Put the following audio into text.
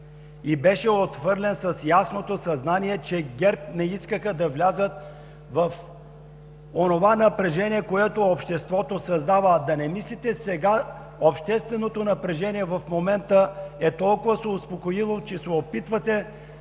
и беше отхвърлен с ясното съзнание, че ГЕРБ не искаха да влязат в онова напрежение, което обществото създава. А да не мислите, че сега, в момента, общественото напрежение толкова се е успокоило, че се опитвате